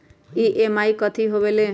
EMI कथी होवेले?